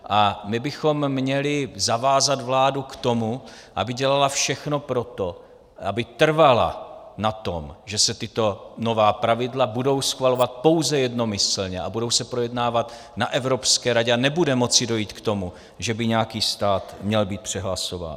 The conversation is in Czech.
A my bychom měli zavázat vládu k tomu, aby dělala všechno pro to, aby trvala na tom, že se tato nová pravidla budou schvalovat pouze jednomyslně a budou se projednávat na Evropské radě a nebude moci dojít k tomu, že by nějaký stát měl být přehlasován.